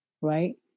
Right